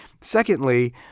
secondly